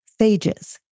phages